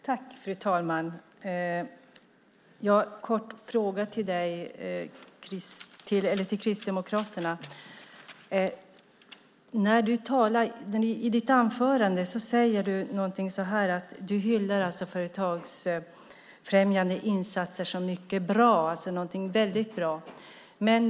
Fru talman! Jag har en kort fråga till Kristdemokraterna. I ditt anförande sade du, Mikael Oscarsson, att du hyllar företagsfrämjande insatser som något väldigt bra.